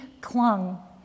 clung